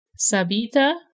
Sabita